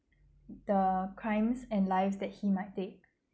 the crimes and lives that he might take